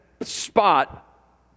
spot